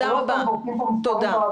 אנחנו לא באים ואומרים כאן מספרים באוויר.